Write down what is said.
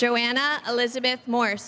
joanna elizabeth mor